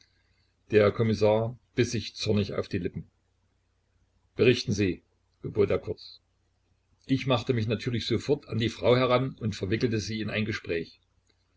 der kommissar biß sich zornig auf die lippen berichten sie gebot er kurz ich machte mich natürlich sofort an die frau heran und verwickelte sie in ein gespräch